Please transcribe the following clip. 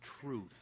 truth